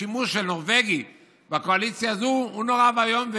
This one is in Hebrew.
השימוש בנורבגי בקואליציה הזו הוא נורא ואיום,